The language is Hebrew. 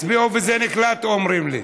הצביעו וזה נקלט, אומרים לי.